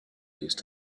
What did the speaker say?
used